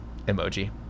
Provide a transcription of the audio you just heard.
emoji